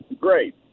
great